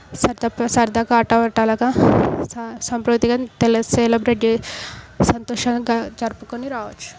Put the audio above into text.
సరదప్ సరదాగా ఆటపట్టాలుగా సా సాంప్రతిగన్ సెలబ్రేట్ జే సంతోషంగా జరుపుకొని రావచ్చు